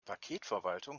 paketverwaltung